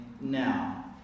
now